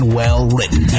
well-written